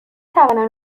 توانم